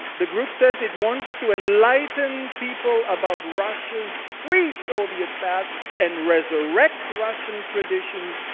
the group says, it wants to enlighten people about russia's pre-soviet past and resurrect russian traditions.